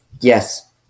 Yes